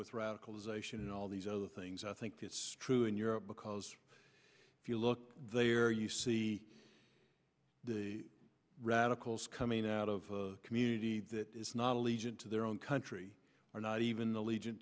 with radicalization and all these other things i think that's true in europe because if you look there you see the radicals coming out of a community that is not allegiance to their own country or not even the legion